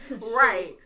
right